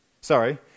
Sorry